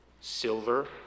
silver